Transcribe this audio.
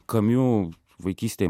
kamiu vaikystėj